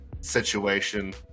situation